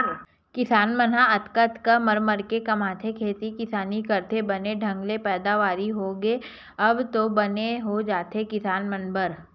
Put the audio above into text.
किसान मन ह अतका अतका मर मर के कमाथे खेती किसानी करथे बने ढंग ले पैदावारी होगे तब तो बने हो जाथे किसान मन बर